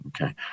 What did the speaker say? okay